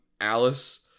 Alice